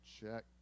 Check